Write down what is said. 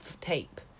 tape